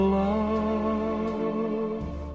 love